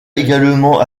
également